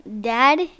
Dad